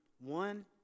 One